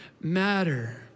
matter